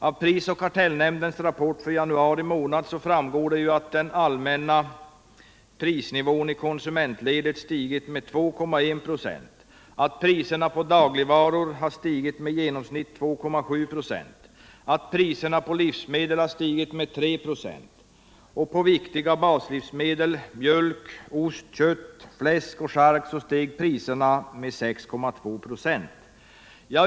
Av pris och kartellnämndens rapport för januari månad framgår att den allmänna prisnivån i konsumentledet stigit med 2.1 2. Priserna på dagligvaror har stigit med i genomsnitt 2,7 26 och priserna på livsmedel med 3 4. På viktiga baslivsmedel — mjölk, ost, kött, fläsk och charkuterier — steg priserna med 6.2 26.